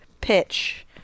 pitch